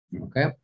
okay